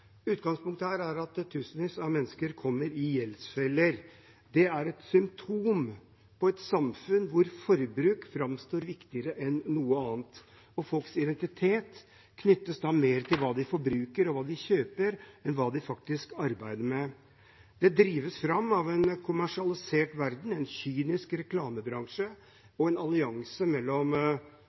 Utgangspunktet her er at tusenvis av mennesker kommer i en gjeldsfelle. Det er et symptom på et samfunn hvor forbruk framstår viktigere enn noe annet, og folks identitet knyttes da mer til hva de forbruker, og hva de kjøper, enn til hva de faktisk arbeider med. Det drives fram av en kommersialisert verden, en kynisk reklamebransje og en allianse mellom